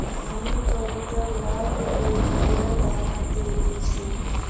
हामी कबूतर लाक लोबियार दाना दे दी छि